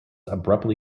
abruptly